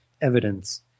evidence